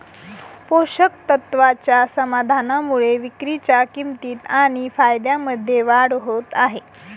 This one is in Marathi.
पोषक तत्वाच्या समाधानामुळे विक्रीच्या किंमतीत आणि फायद्यामध्ये वाढ होत आहे